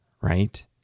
right